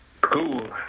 Cool